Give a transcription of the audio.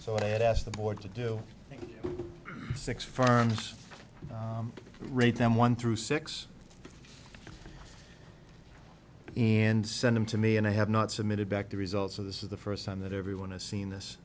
so i had asked the board to do six farms and rate them one through six and send them to me and i have not submitted back the results of this is the first time that everyone has seen this